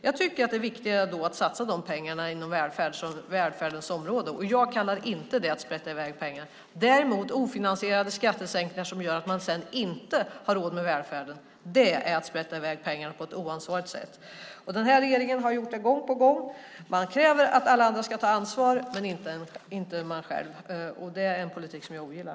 Jag tycker att det är viktigare att satsa de pengarna inom välfärdens område, och jag kallar inte det att sprätta iväg pengar. Däremot ofinansierade skattesänkningar som gör att man sedan inte har råd med välfärden, det är att sprätta iväg pengar på ett oansvarigt sätt. Den här regeringen har gjort det gång på gång. Man kräver att alla andra ska ta ansvar, men inte man själv, och det är en politik som jag ogillar.